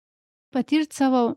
patirt savo